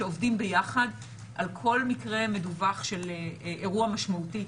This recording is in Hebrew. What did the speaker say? שעובדים ביחד על מקרה מדווח של אירוע משמעותי.